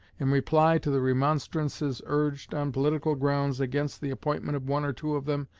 in reply to the remonstrances urged, on political grounds, against the appointment of one or two of them,